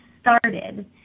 started